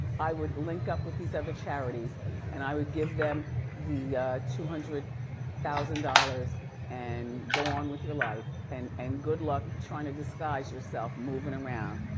i would link up with these other charities and i would give them the two hundred thousand dollars and go on with your life, and and good luck trying to disguise yourself moving around,